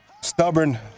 stubborn